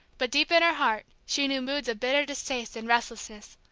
but deep in her heart she knew moods of bitter distaste and restlessness.